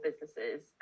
businesses